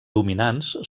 dominants